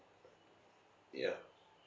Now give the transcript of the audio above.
ya